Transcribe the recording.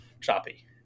choppy